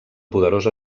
poderosa